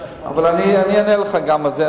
אני אענה לך גם על זה,